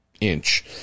inch